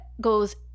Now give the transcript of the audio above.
goes